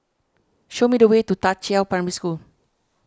show me the way to Da Qiao Primary School